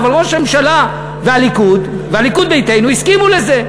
אבל ראש הממשלה והליכוד ביתנו הסכימו לזה.